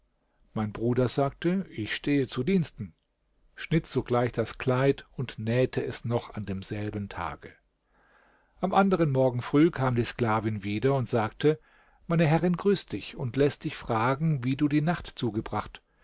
mein bruder sagte ich stehe zu diensten schnitt sogleich das kleid und nähte es noch an demselben tage am anderen morgen früh kam die sklavin wieder und sagte meine herrin grüßt dich und läßt dich fragen wie du die nacht zugebracht